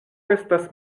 estas